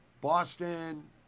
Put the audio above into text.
Boston